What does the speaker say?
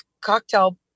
cocktail